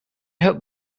hoped